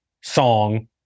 Song